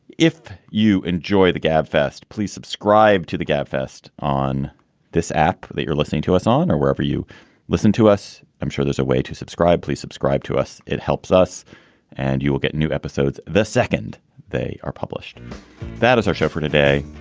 if you enjoy the gab fest. please subscribe to the gabfest on this app that you're listening to us on or wherever you listen to us. i'm sure there's a way to subscribe. please subscribe to us. it helps us and you will get new episodes the second they are published that is our show for today.